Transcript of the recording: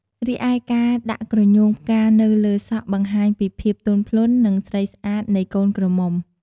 រីឯការដាក់ក្រញូងផ្កានៅលើសក់បង្ហាញពីភាពទន់ភ្លន់និងស្រីស្អាតនៃកូនក្រមុំ។